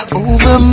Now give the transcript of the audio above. over